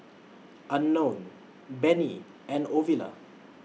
Unknown Benny and Ovila